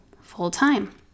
full-time